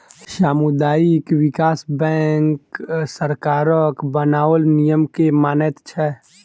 सामुदायिक विकास बैंक सरकारक बनाओल नियम के मानैत छै